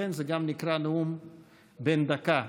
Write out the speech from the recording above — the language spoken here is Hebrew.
לכן זה גם נקרא "נאום בן דקה".